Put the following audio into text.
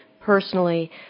personally